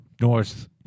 north